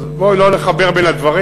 אז בואי לא נחבר בין הדברים.